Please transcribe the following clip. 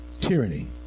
Tyranny